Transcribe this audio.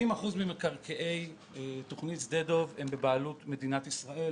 70% ממקרקעי תוכנית שדה דב הם בבעלות מדינת ישראל,